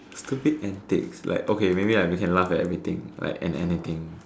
stupid antics like okay maybe I we can laugh at everything like and anything